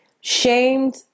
shamed